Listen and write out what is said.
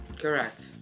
Correct